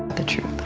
the truth,